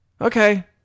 okay